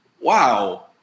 wow